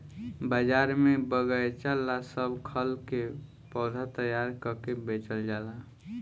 बाजार में बगएचा ला सब खल के पौधा तैयार क के बेचल जाला